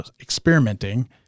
experimenting